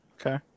Okay